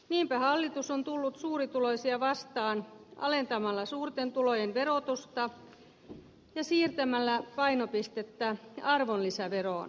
niinpä hallitus on tullut suurituloisia vastaan alentamalla suurten tulojen verotusta ja siirtämällä painopistettä arvonlisäveroon